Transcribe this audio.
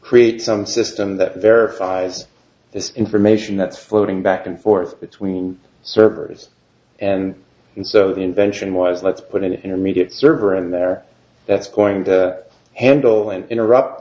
create some system that verifies this information that's floating back and forth between the servers and so the invention was let's put it in a media server in there that's going to handle and interrupt